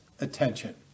attention